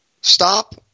stop